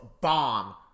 bomb